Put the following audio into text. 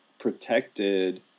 protected